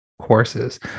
courses